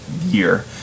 year